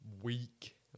week